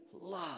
love